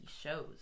shows